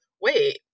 wait